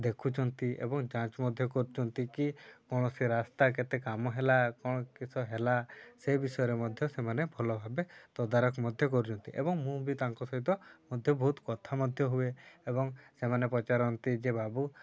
ଦେଖୁଛନ୍ତି ଏବଂ ଯାଞ୍ଚ ମଧ୍ୟ କରୁଛନ୍ତି କି କୌଣସି ରାସ୍ତା କେତେ କାମ ହେଲା କ'ଣ କିସ ହେଲା ସେ ବିଷୟରେ ମଧ୍ୟ ସେମାନେ ଭଲ ଭାବେ ତଦାରଖ ମଧ୍ୟ କରୁଛନ୍ତି ଏବଂ ମୁଁ ବି ତାଙ୍କ ସହିତ ମଧ୍ୟ ବହୁତ କଥା ମଧ୍ୟ ହୁଏ ଏବଂ ସେମାନେ ପଚାରନ୍ତି ଯେ ବାବୁ